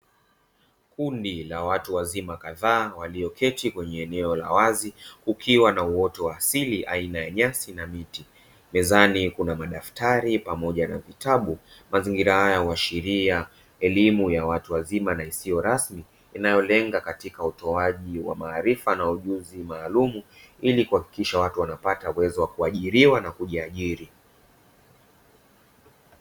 Kundi la watu wazima kadhaa walioketi kwenye eneo la wazi, kukiwa na uoto wa asili aina ya nyasi na miti, mezani kuna madaftari pamoja na vitabu mazingira haya huashiria elimu ya watu wazima na isiyo rasmi inayolenga katika utoaji wa maarifa na ujuzi maalumu ili kuhakikisha watu wanapata uwezo wa kuajiriwa na kujiajiri.